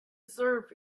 deserve